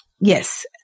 Yes